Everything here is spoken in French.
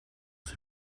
ses